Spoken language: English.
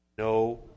No